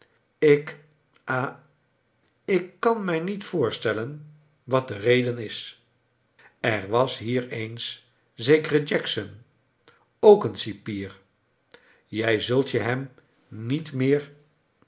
ik ha ik kan mij niet voorstelleu wat de reden is er was hier eens zekere jackson ook een cipier jij zult je hem niet meer